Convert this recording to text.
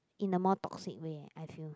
in a more toxic way I feel